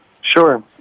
Sure